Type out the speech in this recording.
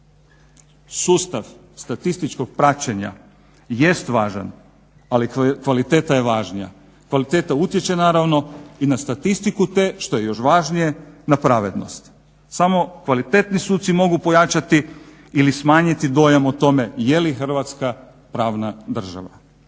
Sustav statističkog praćenja jest važan, ali kvaliteta je važnija. Kvaliteta utječe naravno i na statistiku te, što je još važnije na pravednost. Samo kvalitetni suci mogu pojačati ili smanjiti dojam o tome je li Hrvatska pravna država.